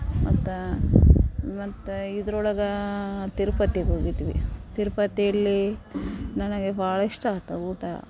ಮತ್ತು ಮತ್ತು ಇದ್ರೊಳಗೆ ತಿರುಪತಿಗೆ ಹೋಗಿದ್ವಿ ತಿರುಪತಿಲ್ಲಿ ನನಗೆ ಭಾಳಿಷ್ಟ ಆತು ಊಟ